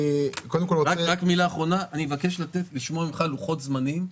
מילה אחרונה, אני מבקש לשמוע ממך לוחות זמנים,